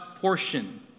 portion